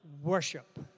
Worship